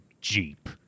Jeep